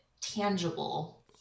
tangible